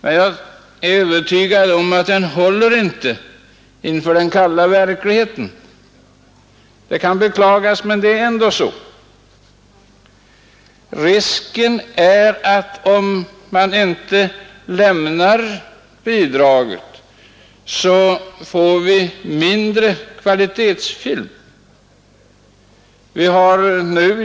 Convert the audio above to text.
Men jag är övertygad om att den inte håller inför den kalla verkligheten. Det kan beklagas, men det är ändå så. Risken är att om staten inte lämnar bidrag så får vi färre kvalitetsfilmer.